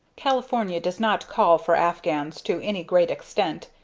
california does not call for afghans to any great extent,